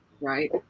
right